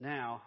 Now